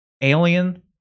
alien